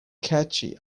catchy